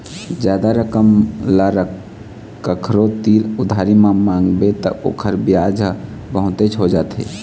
जादा रकम ल कखरो तीर उधारी म मांगबे त ओखर बियाज ह बहुतेच हो जाथे